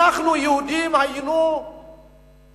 אנחנו, יהודים, היינו נפרדים